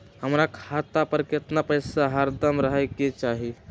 हमरा खाता पर केतना पैसा हरदम रहे के चाहि?